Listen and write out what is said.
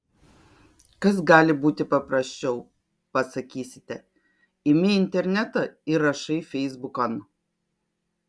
kas gali būti paprasčiau pasakysite imi internetą ir rašai feisbukan